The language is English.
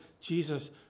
Jesus